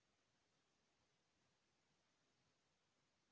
ATM बनवाय बर का का लगथे?